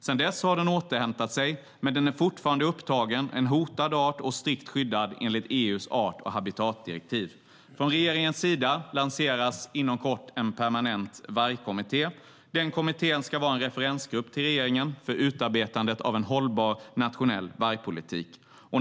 Sedan dess har den återhämtat sig, men den är fortfarande upptagen som en hotad art och är strikt skyddad enligt EU:s art och habitatdirektiv. Från regeringens sida lanseras inom kort en permanent vargkommitté. Den kommittén ska vara en referensgrupp till regeringen vid utarbetandet av en hållbar nationell vargpolitik.